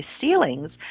ceilings